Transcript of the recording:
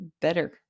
better